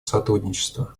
сотрудничества